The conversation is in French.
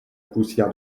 poussière